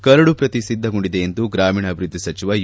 curd ಕಪ್ರತಿ ಸಿದ್ಧಗೊಂಡಿದೆ ಎಂದು ನಗರಾಭಿವೃದ್ಧಿ ಸಚಿವ ಯು